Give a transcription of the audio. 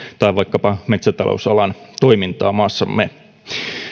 tai vaikkapa metsätalousalan toimintaa maassamme